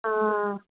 ആ